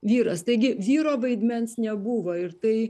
vyras taigi vyro vaidmens nebuvo ir tai